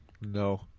No